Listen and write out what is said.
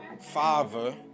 father